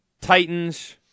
Titans